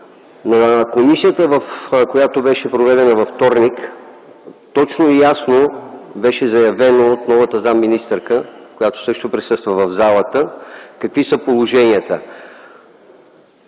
на комисията, проведено във вторник, точно и ясно беше заявено от новата заместник-министърка, която също присъства в залата, какви са положенията.